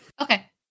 Okay